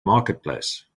marketplace